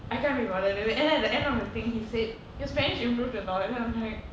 I can't be bothered with it and then at the end of the thing he said your spanish improved a lot then I'm like